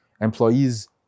Employees